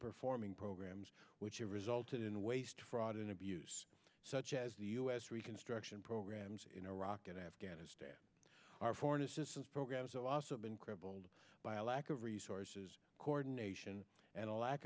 performing programs which have resulted in waste fraud and abuse such as the us reconstruction programs in iraq and afghanistan our foreign assistance programs also been crippled by a lack of resources coordination and a lack